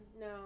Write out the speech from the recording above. no